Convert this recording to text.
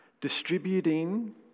Distributing